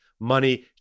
Money